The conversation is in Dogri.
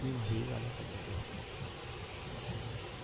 हून दी गल्ल गै करी लैओ